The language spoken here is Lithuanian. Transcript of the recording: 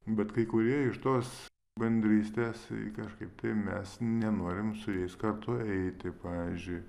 bet kai kurie iš tos bendrystės kažkaip tai mes nenorim su jais kartu eiti pavyzdžiui